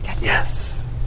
yes